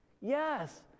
yes